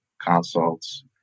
consults